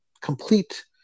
complete